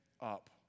up